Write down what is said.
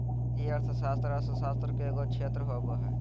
वित्तीय अर्थशास्त्र अर्थशास्त्र के एगो क्षेत्र होबो हइ